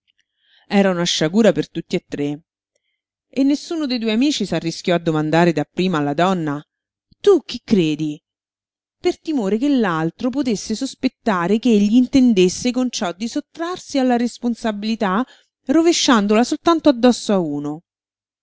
era una sciagura per tutti e tre e nessuno de due amici s'arrischiò a domandare dapprima alla donna tu chi credi per timore che l'altro potesse sospettare ch'egli intendesse con ciò di sottrarsi alla responsabilità rovesciandola soltanto addosso a uno